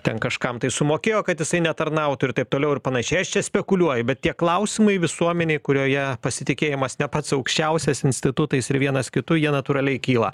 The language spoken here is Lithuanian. ten kažkam tai sumokėjo kad jisai netarnautų ir taip toliau ir panašiai aš čia spekuliuoju bet tie klausimai visuomenėj kurioje pasitikėjimas ne pats aukščiausias institutais ir vienas kitu jie natūraliai kyla